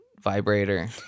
vibrator